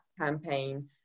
campaign